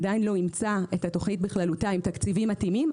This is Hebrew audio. עדיין לא אימצה את התוכנית בכללותה עם תקציבים מתאימים,